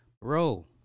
bro